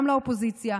גם לאופוזיציה,